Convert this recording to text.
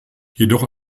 jedoch